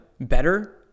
better